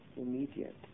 immediate